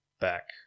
back